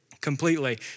completely